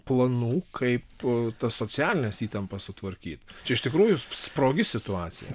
planų kaip tas socialines įtampas sutvarkyt čia iš tikrųjų sprogi situacija